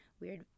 weird